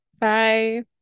bye